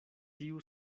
tiu